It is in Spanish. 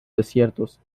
desiertos